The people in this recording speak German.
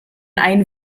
ein